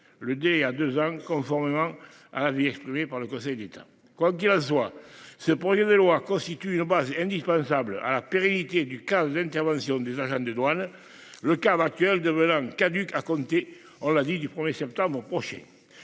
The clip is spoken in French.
le D à deux ans, conformément à l'avis exprimé par le Conseil d'État, quoi qu'il soit, ce projet de loi constitue une base indispensable à la pérennité du 15. L'intervention des agents des douanes le cadre actuel de bananes caduc à compter, on l'a dit, du 1er septembre prochain.